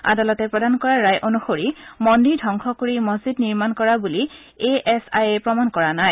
আদালতে প্ৰদান কৰা ৰায় অনুসৰি মন্দিৰ ধবংস কৰি মছজিদ নিৰ্মাণ কৰা বুলি এ এছ আয়ে প্ৰমাণ কৰা নাই